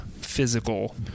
physical